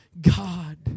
God